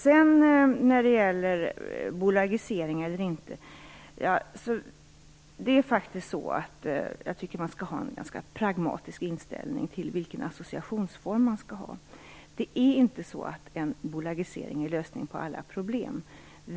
När det sedan gäller bolagisering eller inte, tycker jag att vi skall ha en ganska pragmatisk inställning till vilken associationsform vi skall ha. En bolagisering är inte lösningen på alla problem.